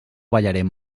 ballarem